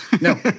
No